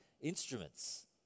instruments